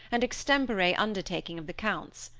an extempore undertaking of the count's.